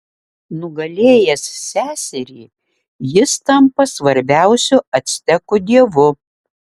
nugalėjęs seserį jis tampa svarbiausiu actekų dievu